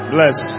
Bless